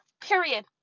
period